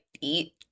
eat